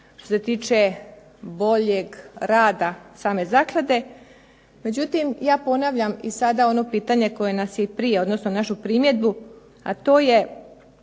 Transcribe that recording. što se tiče boljeg rada same zaklade. Međutim, ja ponavljam sada ono pitanje koje nas je i prije odnosno našu primjedbu, a to je